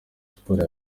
sports